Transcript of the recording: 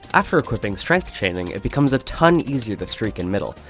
after equipping strength chaining, it becomes a ton easier to streak in middle.